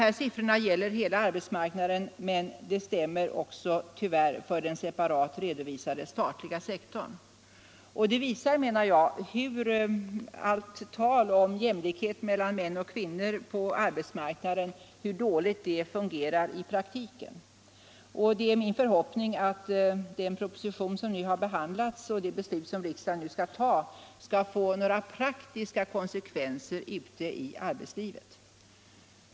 Dessa siffror gäller för hela arbetsmarknaden, men de stämmer också tyvärr för den separat redovisade statliga sektorn. Det visar hur dåligt jämställdheten mellan män och kvinnor på arbetsmarknaden fungerar i praktiken. Det är min förhoppning att den proposition som nu har behandlats och som riksdagen skall ta skall få några praktiska konsekvenser ute i arbetslivet.